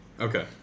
okay